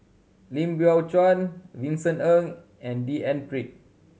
Lim Biow Chuan Vincent Ng and D N Pritt